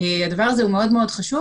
הדבר הזה מאוד חשוב,